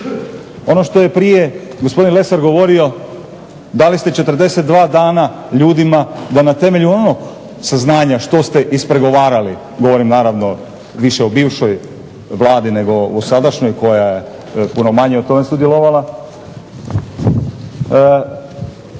Ono što je prije gospodin Lesar govorio dali ste 42 dana ljudima da na temelju onog saznanja što ste ispregovarali, govorim naravno više o bivšoj Vladi nego o sadašnjoj koja je u tome puno manje sudjelovala,